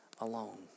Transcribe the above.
alone